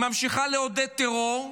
היא ממשיכה לעודד טרור.